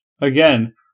Again